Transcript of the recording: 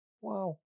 Wow